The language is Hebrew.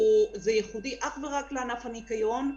זה ייחודי אך ורק לענף הניקיון.